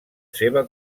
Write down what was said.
seva